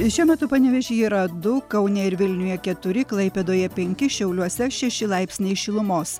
šiuo metu panevėžyje yra du kaune ir vilniuje keturi klaipėdoje penki šiauliuose šeši laipsniai šilumos